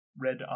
red